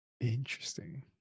Interesting